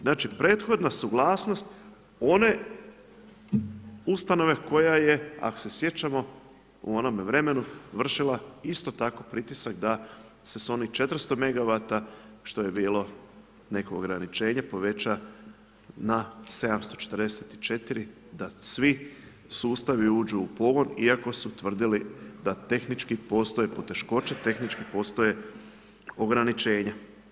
Znači prethodna suglasnost, one ustanove, koja je ako se sjećamo u onome vremenu vršila isto tako pritisak, da se s onim 400 megawata, što je bilo neko ograničenje, poveća na 744 da svi sustavi uđu u pogon, iako su tvrdili da tehnički postoji poteškoće, tehnički postoje ograničenja.